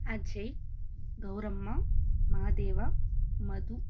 Ajay Gowramma Madeva Madhu